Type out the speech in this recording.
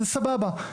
זה סבבה,